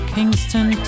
Kingston